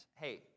Hey